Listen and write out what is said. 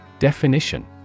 Definition